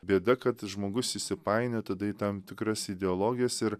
bėda kad žmogus įsipainioja į tam tikras ideologijas ir